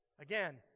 Again